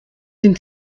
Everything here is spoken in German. den